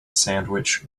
sandwich